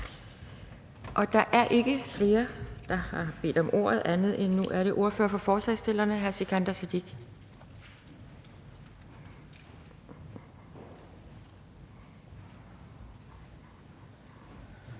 Der er ikke flere, der har bedt om ordet. Nu er det ordføreren for forslagsstillerne, hr. Sikandar Siddique.